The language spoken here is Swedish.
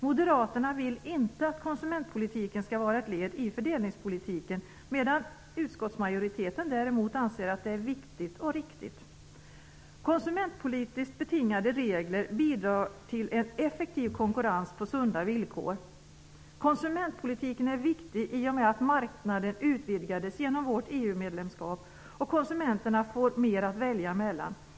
Moderaterna vill inte att konsumentpolitiken skall vara ett led i fördelningspolitiken, medan utskottsmajoriteten däremot anser att det är viktigt och riktigt. Konsumentpolitiskt betingade regler bidrar till en effektiv konkurrens på sunda villkor. Konsumentpolitiken är viktig i och med att marknaden utvidgades genom vårt EU-medlemskap, och konsumenterna får mer att välja mellan.